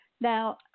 now